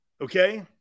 Okay